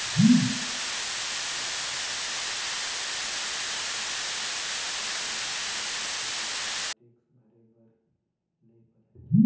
कोनो मनसे के आवक ह साल म पांच लाख ले जादा नइ हावय अइसन म ओला टेक्स भरे बर नइ परय